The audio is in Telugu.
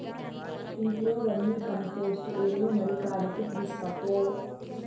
ఇంట్లో వర్మీకంపోస్టు ఎరువు మడికాడికి తీస్కపో